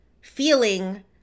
feeling